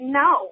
no